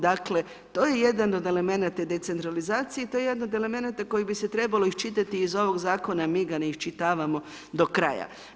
Dakle, to je jedan od elemenata decentralizacije i to je jedan od elemenata koji bi se trebalo iščitati iz ovoga zakona, a mi ga ne iščitavamo do kraja.